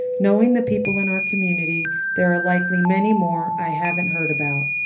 knowing the people in our community, there are likely many more i haven't heard about.